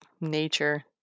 Nature